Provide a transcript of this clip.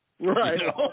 Right